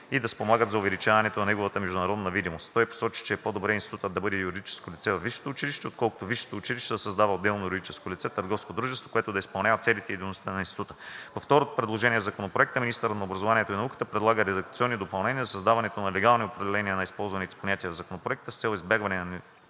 и спомагат за увеличаването на неговата международна видимост. Той посочи, че е по-добре институтът да бъде юридическо лице във висшето училище, отколкото висшето училище да създава отделно юридическо лице – търговско дружество, което да изпълнява целите и дейностите на института. По второто предложение в Законопроекта министърът на образованието и науката предлага редакционни допълнения за създаване на легални определения на използваните понятия в Законопроекта с цел избягване на